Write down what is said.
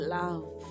love